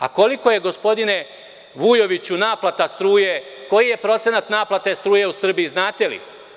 A koliko je, gospodine Vujoviću, naplata struje, koji je procenat naplate struje u Srbiji, znate li?